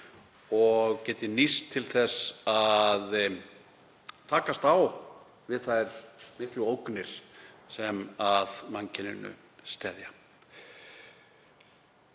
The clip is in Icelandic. og geti nýst til þess að takast á við þær miklu ógnir sem að mannkyninu steðja.